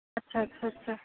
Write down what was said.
আচ্চা আচ্চা আচ্চা